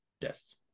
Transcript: Yes